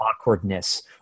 awkwardness